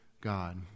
God